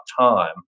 time